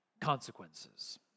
consequences